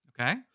Okay